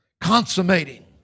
consummating